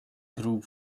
group